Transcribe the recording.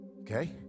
okay